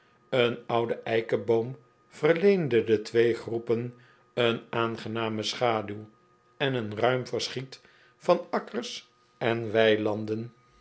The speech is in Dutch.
een oude eikeboom verleende den twee groepen een aangename schaduw en een ruim verschiet van akkers en weilanden